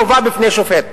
מובא בפני שופט.